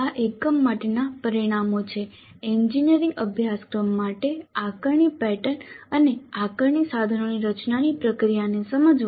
આ એકમ માટેના પરિણામો છે એન્જિનિયરિંગ અભ્યાસક્રમ માટે આકારણી પેટર્ન અને આકારણી સાધનોની રચનાની પ્રક્રિયાને સમજવા